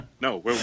No